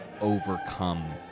overcome